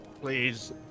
please